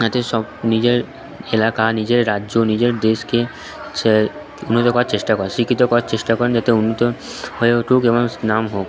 এতে সব নিজের এলাকা নিজের রাজ্য নিজের দেশকে মনে রাখার চেষ্টা করেন শিক্ষিত করার চেষ্টা করেন যাতে উন্নত হয়ে উঠুক এবং নাম হোক